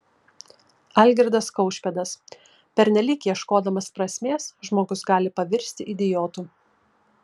algirdas kaušpėdas pernelyg ieškodamas prasmės žmogus gali pavirsti idiotu